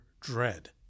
dread